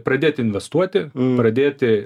pradėti investuoti pradėti